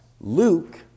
Luke